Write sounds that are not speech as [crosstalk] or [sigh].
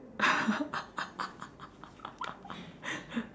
[laughs]